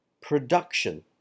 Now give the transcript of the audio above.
Production